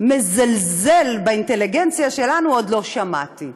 מזלזל באינטליגנציה שלנו עוד לא שמעתי.